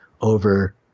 over